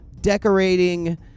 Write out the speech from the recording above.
decorating